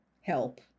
help